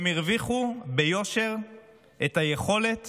הם הרוויחו ביושר את היכולת